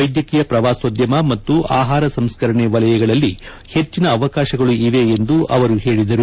ವೈದ್ಯಕೀಯ ಪ್ರವಾಸೋದ್ಯಮ ಮತ್ತು ಆಹಾರ ಸಂಸ್ಕರಣೆ ವಲಯಗಳಲ್ಲಿ ಹೆಚ್ಚಿನ ಅವಕಾಶಗಳು ಇವೆ ಎಂದು ಅವರು ಹೇಳಿದರು